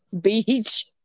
beach